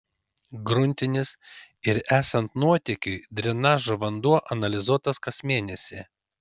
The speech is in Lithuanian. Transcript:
gruntinis ir esant nuotėkiui drenažo vanduo analizuotas kas mėnesį